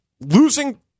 losing –